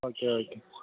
okay okay